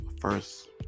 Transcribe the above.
first